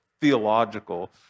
theological